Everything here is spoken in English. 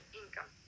income